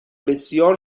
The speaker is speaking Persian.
بسیار